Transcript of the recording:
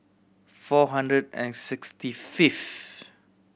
four hundred and sixty fifth